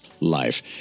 Life